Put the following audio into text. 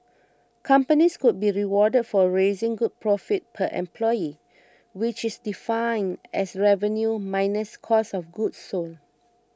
companies could be rewarded for raising gross profit per employee which is defined as revenue minus cost of goods sold